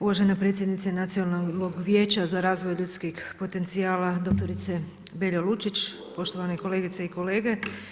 Uvažena predsjednice Nacionalnog vijeća za razvoj ljudskih potencijala, doktorice Beljo Lučić, poštovane kolegice i kolege.